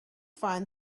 find